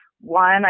one